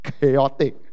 chaotic